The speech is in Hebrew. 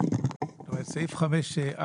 סעיף 5א